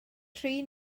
tri